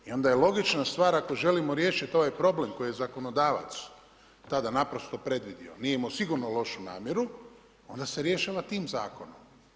I onda je logična stvar ako želimo riješiti ovaj problem koji je zakonodavac tada naprosto predvidio, nije imao sigurno lošu namjeru, onda se rješava tim zakonom.